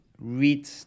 read